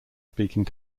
speaking